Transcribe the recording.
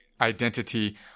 identity